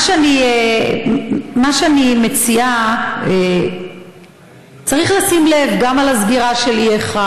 מה שאני מציעה, צריך לשים לב גם לסגירה של E1,